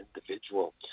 individual